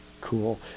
Cool